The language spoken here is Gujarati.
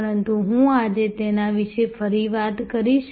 પરંતુ હું આજે તેના વિશે ફરી વાત કરીશ